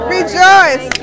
Rejoice